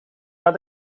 maar